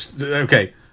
okay